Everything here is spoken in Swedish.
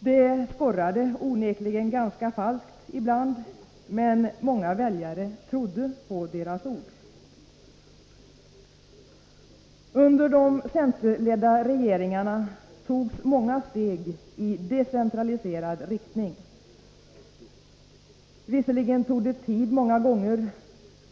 Det skorrade onekligen ganska falskt ibland men många väljare trodde på deras ord. Under de centerledda regeringarna togs många steg i decentraliserad riktning. Visserligen tog det tid många gånger